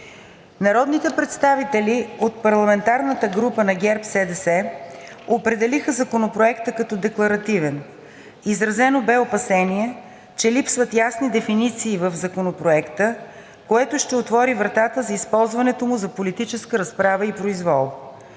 Народните представители от парламентарната група ГЕРБ-СДС определиха Законопроекта като декларативен. Изразено бе опасение, че липсват ясни дефиниции в Законопроекта, което ще отвори вратата за използването му за политическа разправа и за произвол.